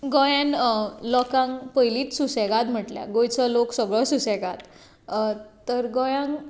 गोंयांत लोकांक पयलींच सुसेगाद म्हणल्या गोंयचो लोक सगळोच सुसेगाद तर गोंयांत